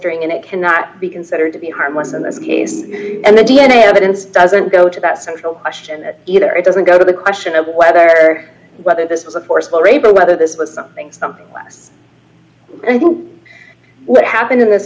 during and it cannot be considered to be harmless in this case and the d n a evidence doesn't go to that central question that either it doesn't go to the question of whether whether this was a forcible rape or whether this was something something less and what happened in this